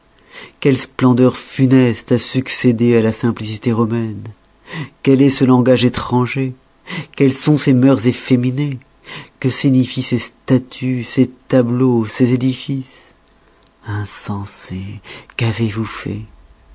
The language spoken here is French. quelle splendeur funeste a succédé à la simplicité romaine quel est ce langage étranger quelles sont ces mœurs efféminées que signifient ces statues ces tableaux ces édifices insensés qu'avez-vous fait